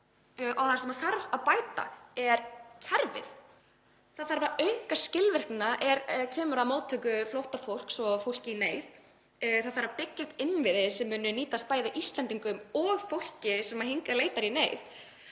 og það sem þarf að bæta er kerfið. Það þarf að auka skilvirknina er kemur að móttöku flóttafólks og fólks í neyð. Það þarf að byggja upp innviði sem munu nýtast bæði Íslendingum og fólki sem hingað leitar í neyð